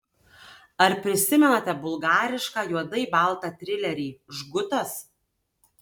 ar prisimenate bulgarišką juodai baltą trilerį žgutas